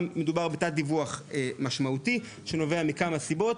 מדובר בתת דיווח משמעותי שנובע מכמה סיבות,